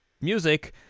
Music